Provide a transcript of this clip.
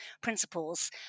principles